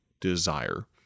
desire